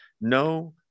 no